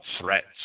threats